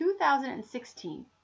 2016